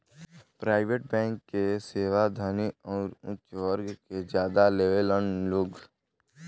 private bank के सेवा धनी अउरी ऊच वर्ग के ज्यादा लेवेलन लोग